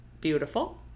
beautiful